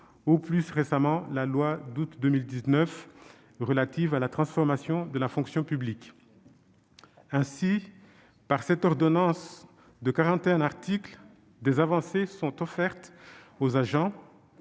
ou plus récemment celle du 6 août 2019 de transformation de la fonction publique. Ainsi, par cette ordonnance de quarante-cinq articles, des avancées sont offertes aux agents